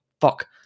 Fuck